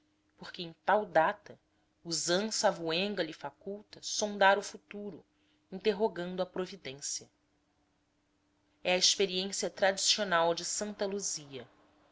porque em tal data usança avoenga lhe faculta sondar o futuro interrogando a providência é a experiência tradicional de santa luzia